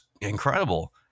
incredible